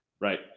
Right